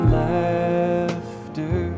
laughter